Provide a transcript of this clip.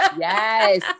yes